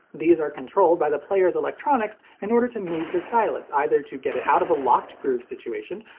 these are controlled by the player's electronics in order to move the stylus, either to get it out of a locked groove situation,